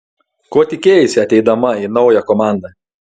ko tikėjaisi ateidama į naują komandą